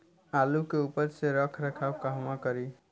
आलू के उपज के रख रखाव कहवा करी?